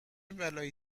بلایی